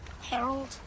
Harold